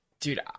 Dude